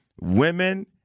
women